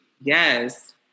Yes